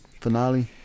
finale